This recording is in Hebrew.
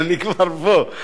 אני כבר פה.